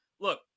look